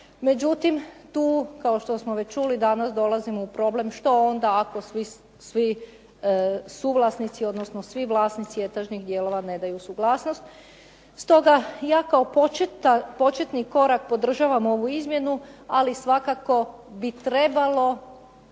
Međutim, tu kao što smo već čuli danas dolazimo u problem što onda ako svi suvlasnici, odnosno svi vlasnici etažnih dijelova ne daju suglasnost. Stoga ja kao početni korak podržavam ovu izmjenu, ali svakako bi trebalo